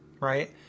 right